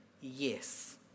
yes